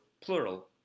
plural